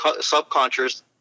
subconscious